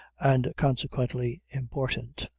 and consequently important.